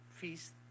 feast